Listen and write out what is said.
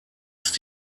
ist